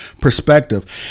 perspective